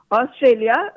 Australia